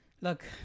Look